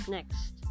Next